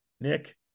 Nick